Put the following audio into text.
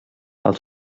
els